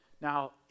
Now